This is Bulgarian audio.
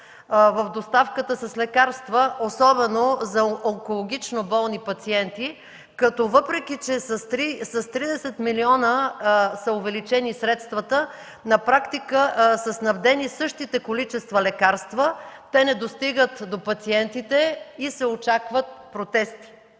в доставката на лекарства, особено за онкологично болни пациенти, като въпреки че средствата са увеличени с около 30 милиона, на практика са снабдени със същите количества лекарства, които не достигат до пациентите, и се очакват протести.